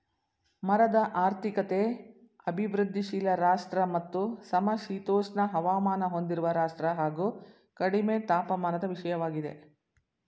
ಮರದ ಆರ್ಥಿಕತೆ ಅಭಿವೃದ್ಧಿಶೀಲ ರಾಷ್ಟ್ರ ಮತ್ತು ಸಮಶೀತೋಷ್ಣ ಹವಾಮಾನ ಹೊಂದಿರುವ ರಾಷ್ಟ್ರ ಹಾಗು ಕಡಿಮೆ ತಾಪಮಾನದ ವಿಷಯವಾಗಿದೆ